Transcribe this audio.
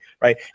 right